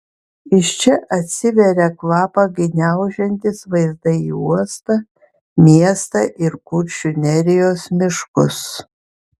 iš čia atsiveria kvapą gniaužiantys vaizdai į uostą miestą ir kuršių nerijos miškus